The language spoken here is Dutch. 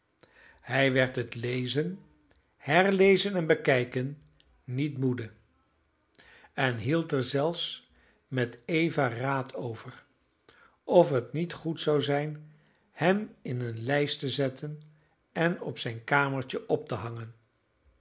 hij werd het lezen herlezen en bekijken niet moede en hield er zelfs met eva raad over of het niet goed zou zijn hem in een lijst te zetten en op zijn kamertje op te hangen